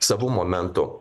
savu momentu